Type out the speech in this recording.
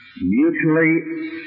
mutually